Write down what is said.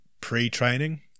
pre-training